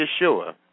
Yeshua